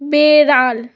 বেড়াল